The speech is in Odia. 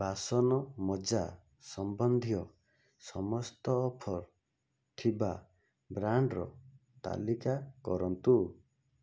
ବାସନ ମଜା ସମ୍ବନ୍ଧୀୟ ସମସ୍ତ ଅଫର୍ ଥିବା ବ୍ରାଣ୍ଡ୍ର ତାଲିକା କରନ୍ତୁ